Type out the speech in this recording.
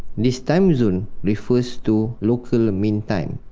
this time zone refers to local mean time,